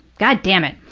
goddamn it.